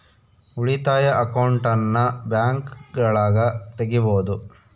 ಉಳಿತಾಯ ಅಕೌಂಟನ್ನ ಬ್ಯಾಂಕ್ಗಳಗ ತೆಗಿಬೊದು